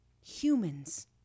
humans